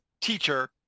teacher